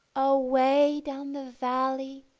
away down the valley,